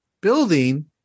building